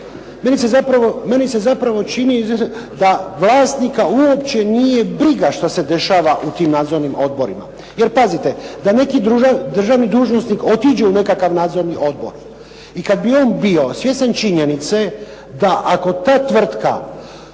Meni se zapravo čini da vlasnika uopće nije briga što se dešava u tim nadzornim odborima. Jer pazite da neki državni dužnosnik otiđe u nekakav nadzorni odbor, i kada bi on bio svjestan činjenice da ako ta tvrtka